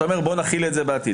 אתה אומר: בואו נחיל בעתיד.